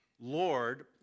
Lord